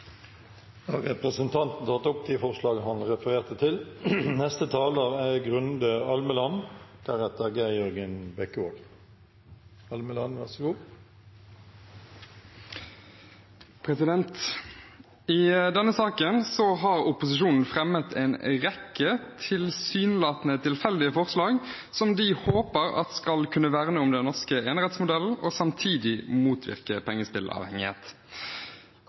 Da har representanten Freddy André Øvstegård tatt opp det forslaget han refererte til. I denne saken har opposisjonen fremmet en rekke tilsynelatende tilfeldige forslag som de håper skal kunne verne om den norske enerettsmodellen og samtidig motvirke pengespillavhengighet.